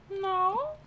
No